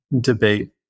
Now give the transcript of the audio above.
debate